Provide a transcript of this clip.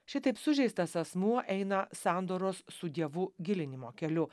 šitaip sužeistas asmuo eina sandoros su dievu gilinimo keliu